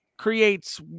Creates